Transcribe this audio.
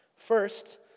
First